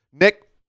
Nick